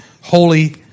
holy